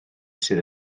sydd